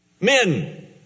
men